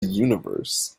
universe